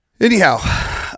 Anyhow